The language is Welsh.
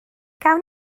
gawn